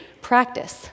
practice